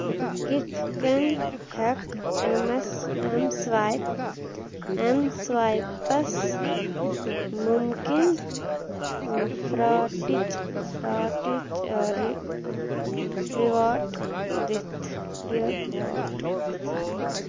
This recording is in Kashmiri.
بہٕ کِتھ کٔنۍ ہٮ۪کہٕ ایٚمس ایٚم سٕوایپ ایٚم سٕوایپس مُمکنہٕ فراٹٕچ فراڈٕچ رِ رِواٹ دِتھ رِواٹ دِتھ